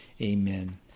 Amen